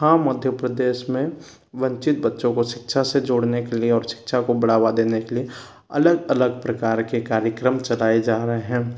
हाँ मध्य प्रदेश में वंचित बच्चों को शिक्षा से जोड़ने के लिए और शिक्षा को बढ़ावा देने के लिए अलग अलग प्रकार के कार्यक्रम चलाए जा रहे हैं